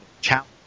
challenge